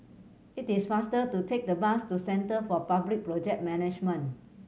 it is faster to take the bus to Centre for Public Project Management